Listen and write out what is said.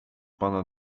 pana